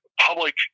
public